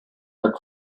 our